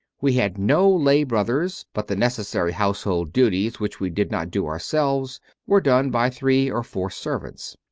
we had no lay-brothers, but the neces sary household duties which we did not do ourselves were done by three or four servants.